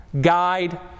guide